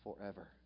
forever